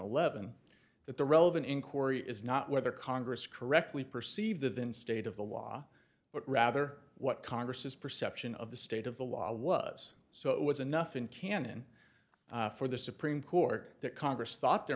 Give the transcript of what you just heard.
eleven that the relevant in corrie is not whether congress correctly perceive the vin state of the law but rather what congress is perception of the state of the law was so it was enough in canon for the supreme court that congress thought there